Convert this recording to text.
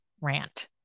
rant